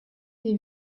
des